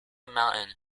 mountain